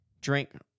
drink